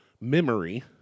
memory